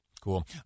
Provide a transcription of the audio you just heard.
Cool